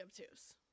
obtuse